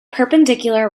perpendicular